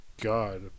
God